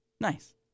Nice